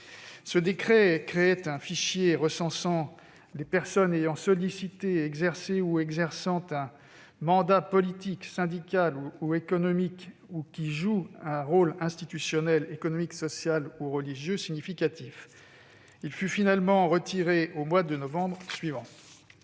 Ce décret créait un fichier recensant les personnes « ayant sollicité, exercé ou exerçant un mandat politique, syndical ou économique ou qui jouent un rôle institutionnel, économique, social ou religieux significatif ». Il fut finalement retiré au mois de novembre suivant.